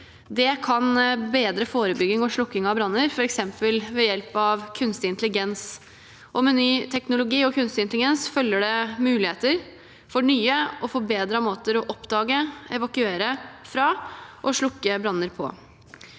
Det kan bedre forebygging og slokking av branner, f.eks. ved hjelp av kunstig intelligens. Med ny teknologi og kunstig intelligens følger det muligheter for nye og forbedrede måter å oppdage, evakuere fra og slokke branner på.